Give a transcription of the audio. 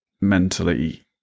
mentally